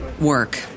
work